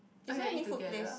is that any food place